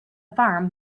farm